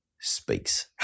speaks